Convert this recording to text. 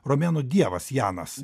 romėnų dievas janas